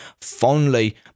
fondly